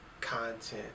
content